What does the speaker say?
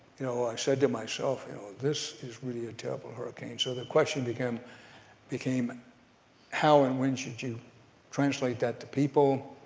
you know i said to myself, you know this is really a terrible hurricane. so the question became became how and when should you translate that to people.